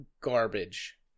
garbage